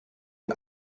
den